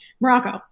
morocco